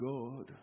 God